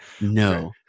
No